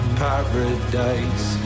paradise